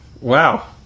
Wow